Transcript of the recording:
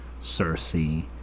Cersei